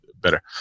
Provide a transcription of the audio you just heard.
better